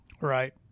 Right